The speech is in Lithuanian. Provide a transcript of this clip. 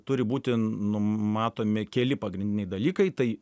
turi būti numatomi keli pagrindiniai dalykai tai